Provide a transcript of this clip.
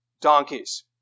donkeys